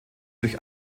durch